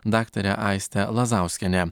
daktare aiste lazauskiene